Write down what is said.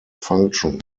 function